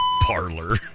parlor